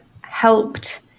helped